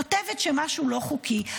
כותבת שמשהו לא חוקי,